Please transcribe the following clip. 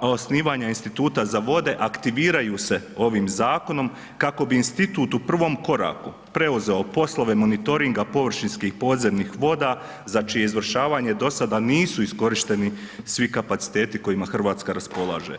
osnivanja instituta za vode aktiviraju se ovim zakonom kako bi institut u prvom koraku preuzeo poslove monitoringa površinskih podzemnih voda za čije izvršavanje dosada nisu iskorišteni svi kapaciteti kojima Hrvatska raspolaže.